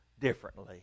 differently